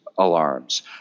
alarms